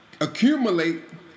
accumulate